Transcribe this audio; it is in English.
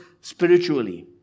spiritually